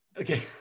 Okay